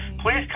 please